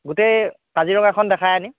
গোটেই কাজিৰঙাখন দেখাই আনিম